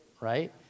right